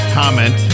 comment